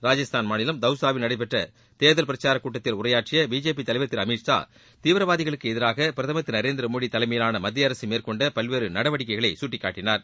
ராஜஸ்தான் மாநிலம் தவுசாவில் நடைபெற்ற தேர்தல் பிரச்சாரக் கூட்டத்தில் உரையாற்றிய பிஜேபி தலைவர் திரு அமீத்ஷா தீவிரவாதிகளுக்கு எதிராக பிரதமர் திரு நரேந்திரமோடி தலைமயிலான மத்தியஅரசு மேற்கொண்ட பல்வேறு நடவடிக்கைகளை சுட்டிக்காட்டினார்